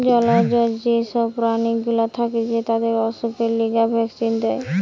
জলজ যে সব প্রাণী গুলা থাকতিছে তাদের অসুখের লিগে ভ্যাক্সিন দেয়